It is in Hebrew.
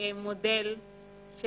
מודל של